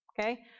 Okay